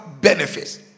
benefits